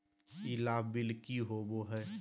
ई लाभ बिल की होबो हैं?